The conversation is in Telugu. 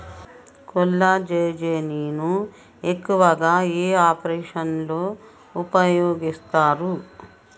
కొల్లాజెజేని ను ఎక్కువగా ఏ ఆపరేషన్లలో ఉపయోగిస్తారు?